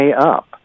up